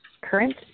current